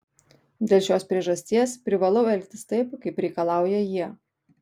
dėl šios priežasties privalau elgtis taip kaip reikalauja jie